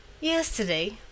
Yesterday